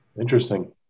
Interesting